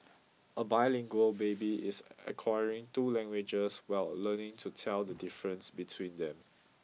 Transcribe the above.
a bilingual baby is acquiring two languages while learning to tell the difference between them